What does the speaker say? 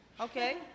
Okay